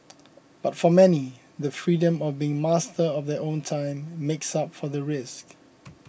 but for many the freedom of being master of their own time makes up for the risks